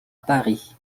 paris